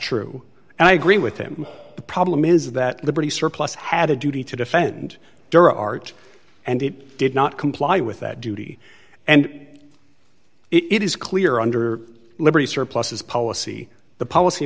and i agree with him the problem is that the british surplus had a duty to defend their art and it did not comply with that duty and it is clear under liberty surpluses policy the policy